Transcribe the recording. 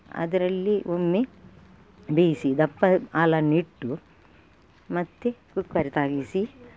ಅದರಲ್ಲಿ ಒಮ್ಮೆ ಬೇಯಿಸಿ ದಪ್ಪ ಹಾಲನಿಟ್ಟು ಮತ್ತೆ ಕುಕ್ಕರ್ ತಾಗಿಸಿ